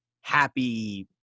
happy